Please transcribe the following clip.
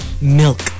milk